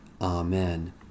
Amen